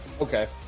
Okay